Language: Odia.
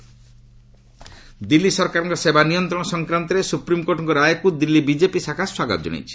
ଏସ୍ସି ବିଜେପି ଆପ୍ ଦିଲ୍ଲୀ ସରକାରଙ୍କ ସେବା ନିୟନ୍ତ୍ରଣ ସଂକ୍ରାନ୍ତରେ ସୁପ୍ରିମକୋର୍ଟଙ୍କ ରାୟକୁ ଦିଲ୍ଲୀ ବିଜେପି ଶାଖା ସ୍ୱାଗତ ଜଣାଇଛି